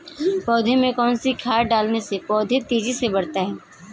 पौधे में कौन सी खाद डालने से पौधा तेजी से बढ़ता है?